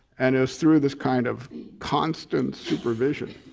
and it's through this kind of constant supervision,